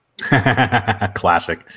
Classic